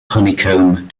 honeycomb